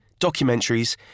documentaries